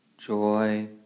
joy